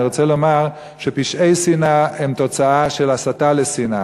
אני רוצה לומר שפשעי שנאה הם תוצאה של הסתה לשנאה.